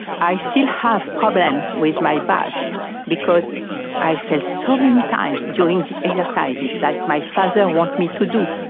i still have problems with my back because i fell so many times during the exercises that my father wanted me to do.